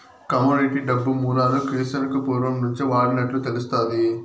commodity డబ్బు మూలాలు క్రీస్తునకు పూర్వం నుంచే వాడినట్లు తెలుస్తాది